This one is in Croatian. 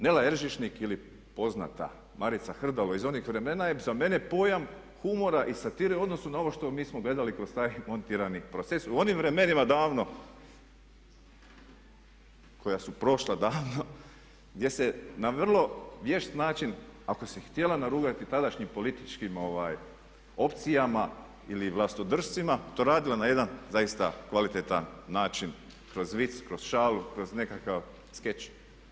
Nela Eržišnik ili poznata Marica Hrdalo iz onih vremena je za mene pojam humora i satire odnosno ono što mi smo gledali kroz taj montirani proces u onim vremenima davno koja su prošla davno gdje se na vrlo vješt način ako se htjela narugati tadašnjim političkim opcijama ili vlastodršcima to radila na jedan zaista kvalitetan način kroz vic kroz šalu, kroz nekakav skeč.